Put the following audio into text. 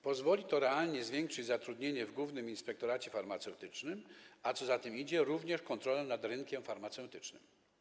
Pozwoli to realnie zwiększyć zatrudnienie w Głównym Inspektoracie Farmaceutycznym, a co za tym idzie, również kontrolę nad rynkiem farmaceutycznym.